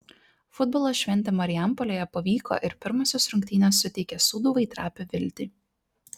futbolo šventė marijampolėje pavyko ir pirmosios rungtynės suteikia sūduvai trapią viltį